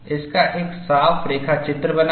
इसका एक साफ रेखाचित्र बनाएं